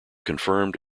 confirmed